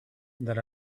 that